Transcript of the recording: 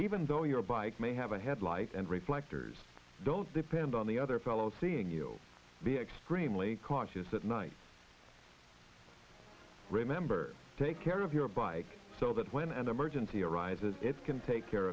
even though your bike made the headlights and reflectors don't depend on the other fellow's seeing you be extremely cautious at night remember take care of your bike so that when an emergency arises it can take care